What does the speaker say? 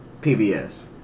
PBS